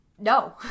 no